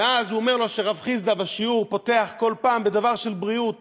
ואז הוא אומר לו שרב חסדא פותח כל פעם בדבר של בריאות: